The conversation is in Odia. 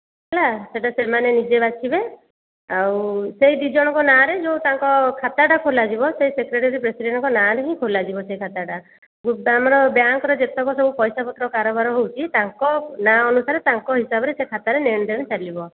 ହେଲା ସେଇଟା ସେମାନେ ନିଜେ ବାଛିବେ ଆଉ ସେହି ଦୁଇ ଜଣଙ୍କ ନାଁରେ ଯେଉଁ ତାଙ୍କ ଖାତାଟା ଖୋଲାଯିବ ସେ ସେକ୍ରେଟାରୀ ପ୍ରେସିଡ଼େଣ୍ଟ୍ଙ୍କ ନାଁରେ ହିଁ ଖୋଲାଯିବ ସେ ଖାତାଟା ଯେଉଁଟା ଆମର ବ୍ୟାଙ୍କ୍ର ଯେତକସବୁ ପଇସା ପତ୍ର କାରବାର ହେଉଛି ତାଙ୍କ ନାଁ ଅନୁସାରେ ତାଙ୍କ ହିସାବରେ ସେ ଖାତାରେ ନେଣଦେଣ ଚାଲିବ